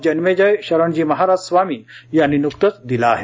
जन्मेजय शरणजी महाराज स्वामी यांनी न्कतेच दिले आहे